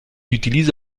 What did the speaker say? utilise